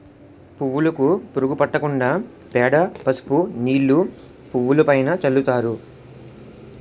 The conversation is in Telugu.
పువ్వులుకు పురుగు పట్టకుండా పేడ, పసుపు నీళ్లు పువ్వులుపైన చల్లుతారు